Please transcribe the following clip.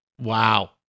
Wow